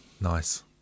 Nice